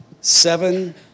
Seven